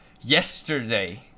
yesterday